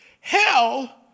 hell